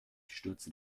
stürzte